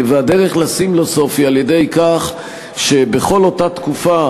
והדרך לשים לו סוף היא על-ידי כך שבכל אותה תקופה